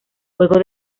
juego